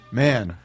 man